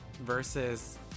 versus